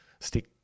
stick